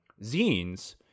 zines